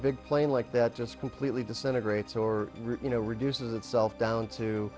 big plane like that just completely disintegrates or you know reduces itself down to